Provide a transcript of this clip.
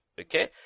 Okay